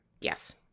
yes